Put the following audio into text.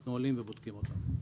אנחנו עולים ובודקים אותן.